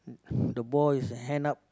the boy's hand up